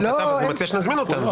אני מציע שנזמין אותם.